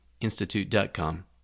institute.com